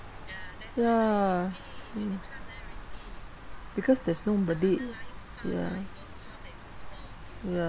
ya because there's nobody ya ya